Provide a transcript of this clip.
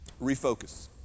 Refocus